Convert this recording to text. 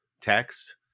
text